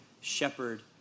shepherd